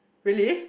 really